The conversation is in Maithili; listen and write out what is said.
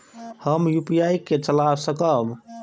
हम यू.पी.आई के चला सकब?